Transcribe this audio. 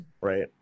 Right